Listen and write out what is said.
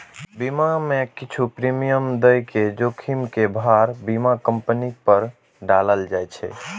बीमा मे किछु प्रीमियम दए के जोखिम के भार बीमा कंपनी पर डालल जाए छै